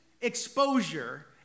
exposure